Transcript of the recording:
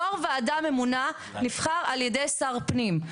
יו"ר ועדה ממונה נבחר על ידי שר הפנים.